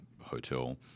Hotel